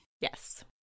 Yes